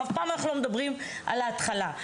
אף פעם לא מדברים על ההתחלה.